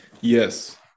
yes